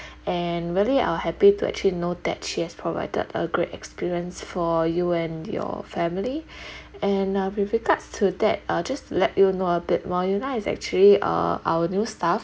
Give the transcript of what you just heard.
and really uh happy to actually know that she has provided a great experience for you and your family and uh with regards to that uh just to let you know a bit more yuna is actually uh our new staff